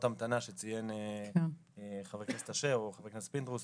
המתנה שציין חבר הכנסת אשר או חבר הכנסת פינדרוס,